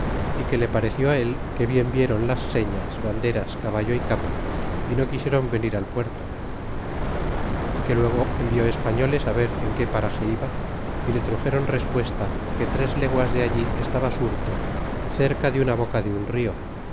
y que le pareció él que bien vieron las señas banderas caballo y capa y no quisieron venir al puerto y que luego envió españoles ver en qué parage iba y le truxeron respuesta que tres leguas de allí estaba surto cerca de una boca de un do